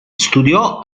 studiò